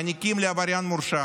מעניקים לעבריין מורשע,